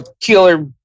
killer